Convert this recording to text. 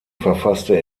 verfasste